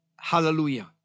Hallelujah